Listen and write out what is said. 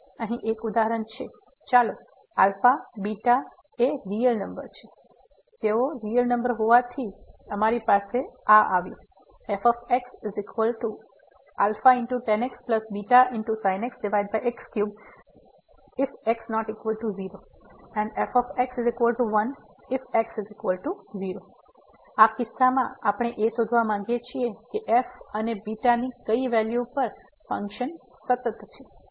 હવે અહીં એક ઉદાહરણ છે ચાલો આ αβ∈R તેથી તેઓ રીયલ નંબર છે અને અમારી પાસે આ છે fxtan x βsin x x3x≠0 1x0 તેથી આ કિસ્સામાં આપણે એ શોધવા માંગીએ છીએ કે f અને β ની કઈ વેલ્યુ પર ફંક્શન સતત છે